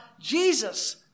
Jesus